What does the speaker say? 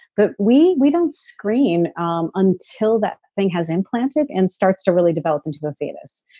but we we don't screen um until that thing has implanted and starts to really develop into the fetus,